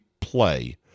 play